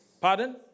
pardon